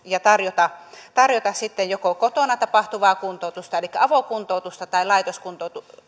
ja tarjota tarjota sitten joko kotona tapahtuvaa kuntoutusta elikkä avokuntoutusta tai laitoskuntoutusta